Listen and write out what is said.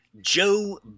Joe